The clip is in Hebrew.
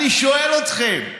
אני שואל אתכם.